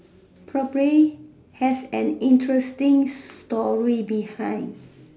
probably has an interesting story behind